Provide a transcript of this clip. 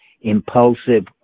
impulsive